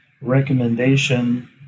recommendation